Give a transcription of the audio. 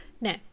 No